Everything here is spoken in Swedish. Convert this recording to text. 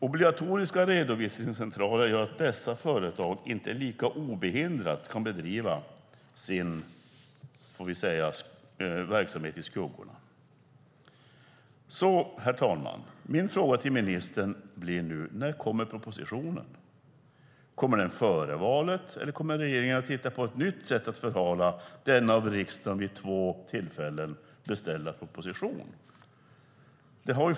Obligatoriska redovisningscentraler gör att dessa företag inte lika obehindrat kan bedriva sin verksamhet i skuggorna. Min fråga till ministern blir: När kommer propositionen? Kommer den före valet, eller kommer regeringen att hitta på ett nytt sätt att förhala denna av riksdagen vid två tillfällen beställda proposition?